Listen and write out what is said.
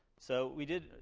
so we did,